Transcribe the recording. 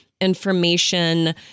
information